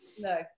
no